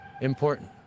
important